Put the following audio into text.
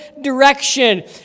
direction